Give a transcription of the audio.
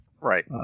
Right